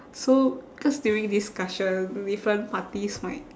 so cause during discussion different parties might